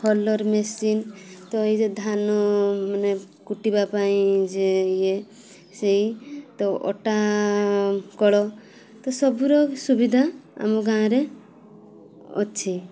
huller machine ତ ଏଇ ଯେ ଧାନ ମାନେ କୁଟିବା ପାଇଁ ଯେ ଇଏ ସେଇ ତ ଅଟା କଳ ତ ସବୁର ସୁବିଧା ଆମ ଗାଁରେ ଅଛି